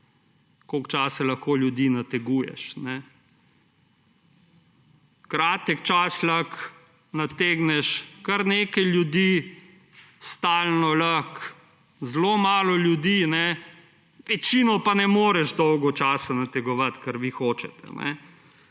koliko časa lahko ljudi nateguješ. Kratek čas lahko nateguješ kar nekaj ljudi, stalno lahko zelo malo ljudi, večine pa ne moreš dolgo časa nategovati, kar vi hočete.